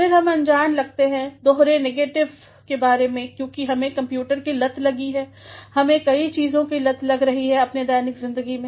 फिर हम अनजान लगते हैं दोहरे नेगेटिवके बारे में क्योंकि हमें कंप्यूटर की लत लग रही है हमें कई चीज़ों की लत लग रही है अपने दैनिक ज़िन्दगी में